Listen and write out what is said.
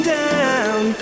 down